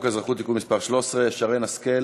האזרחות (תיקון מס' 13). שרן השכל,